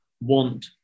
want